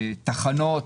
תחנות,